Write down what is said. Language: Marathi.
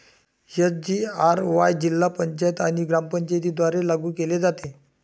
एस.जी.आर.वाय जिल्हा पंचायत आणि ग्रामपंचायतींद्वारे लागू केले जाते